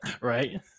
right